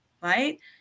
Right